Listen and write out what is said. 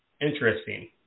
interesting